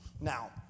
Now